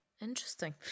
interesting